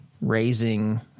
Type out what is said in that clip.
raising